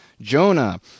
Jonah